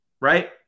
right